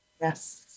yes